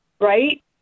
right